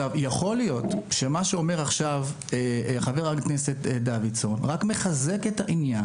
יכול להיות שדברי חבר הכנסת דוידסון רק מחזקים את העניין